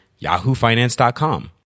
yahoofinance.com